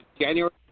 January